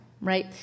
right